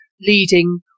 leading